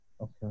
Okay